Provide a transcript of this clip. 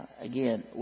again